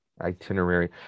itinerary